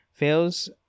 Fails